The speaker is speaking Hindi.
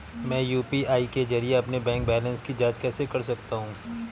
मैं यू.पी.आई के जरिए अपने बैंक बैलेंस की जाँच कैसे कर सकता हूँ?